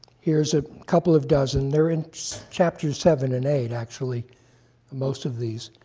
here's a couple of dozen. they're in chapter seven and eight actually most of these.